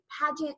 pageant